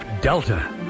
Delta